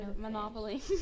Monopoly